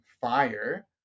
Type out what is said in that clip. fire